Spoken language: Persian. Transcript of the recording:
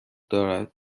دارد